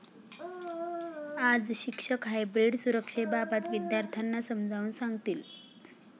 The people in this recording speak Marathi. आज शिक्षक हायब्रीड सुरक्षेबाबत विद्यार्थ्यांना समजावून सांगतील